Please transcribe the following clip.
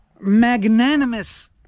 magnanimous